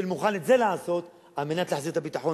כשאני מוכן את זה לעשות על מנת להחזיר את הביטחון